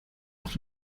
auf